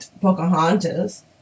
Pocahontas